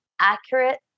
accurate